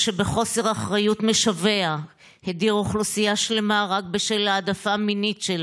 שבחוסר אחריות משווע הדיר אוכלוסייה שלמה רק בשל העדפה מינית שלה.